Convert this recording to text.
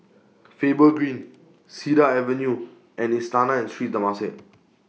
Faber Green Cedar Avenue and Istana and Sri Temasek